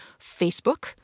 Facebook